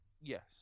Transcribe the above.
Yes